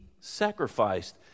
sacrificed